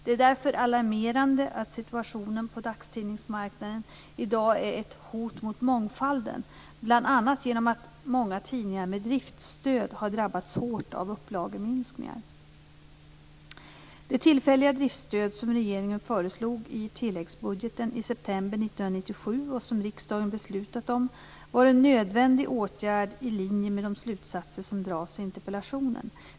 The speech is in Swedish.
Det är därför alarmerande att situationen på dagstidningsmarknaden i dag är ett hot mot mångfalden, bl.a. genom att många tidningar med driftstöd har drabbats hårt av upplageminskningar. Tilläggsbudget 2, rskr. 1997/98:45) var en nödvändig åtgärd i linje med de slutsatser som dras i interpellationen.